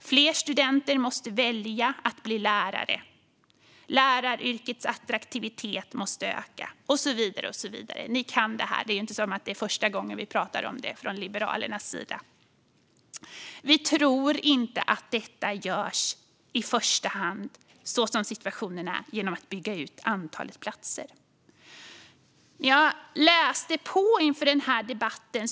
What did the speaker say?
Fler studenter måste välja att bli lärare. Läraryrkets attraktivitet måste öka, och så vidare. Ni kan det här. Det är inte första gången vi pratar om detta från Liberalernas sida. Vi tror inte att detta görs i första hand, så som situationen är, genom att antalet platser byggs ut. Jag läste på inför den här debatten.